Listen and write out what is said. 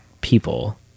people